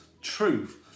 truth